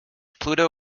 pluto